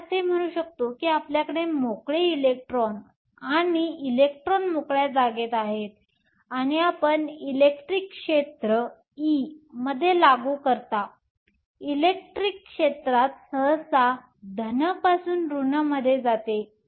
आपण असे म्हणू शकतो की आपल्याकडे मोकळे इलेक्ट्रॉन किंवा इलेक्ट्रॉन मोकळ्या जागेत आहे आणि आपण इलेक्ट्रिक क्षेत्र e मध्ये लागू करता इलेक्ट्रिक क्षेत्र सहसा धन पासून ऋण मध्ये जाते